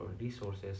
resources